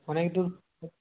অনেকদূর